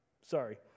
Sorry